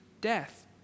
death